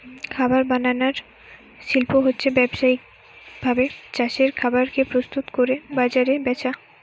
খাবার বানানার শিল্প হচ্ছে ব্যাবসায়িক ভাবে চাষের খাবার কে প্রস্তুত কোরে বাজারে বেচা